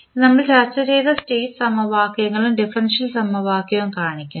ഇത് നമ്മൾ ചർച്ച ചെയ്ത സ്റ്റേറ്റ് സമവാക്യങ്ങളും ഡിഫറൻഷ്യൽ സമവാക്യവും കാണിക്കുന്നു